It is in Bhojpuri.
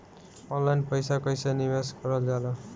ऑनलाइन पईसा कईसे निवेश करल जाला?